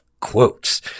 quotes